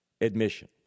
admission